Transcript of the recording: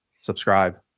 Subscribe